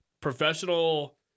professional